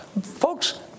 folks